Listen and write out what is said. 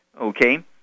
okay